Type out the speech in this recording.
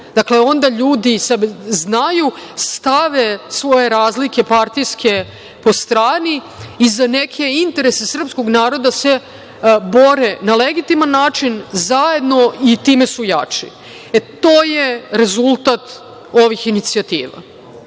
BiH.Dakle, onda ljudi znaju, stave svoje partijske po strani i za neke interese srpskog naroda se bore na legitiman način, zajedno i time su jači. To je rezultat ovih inicijativa. Nema